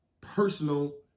personal